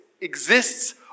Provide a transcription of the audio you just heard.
exists